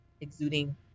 exuding